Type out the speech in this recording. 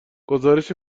گزارش